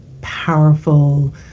powerful